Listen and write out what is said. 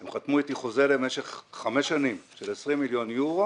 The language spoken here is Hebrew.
הם חתמו איתי חוזה למשך חמש שנים של 20 מיליון יורו